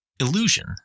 illusion